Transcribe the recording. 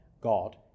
God